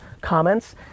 comments